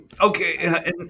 okay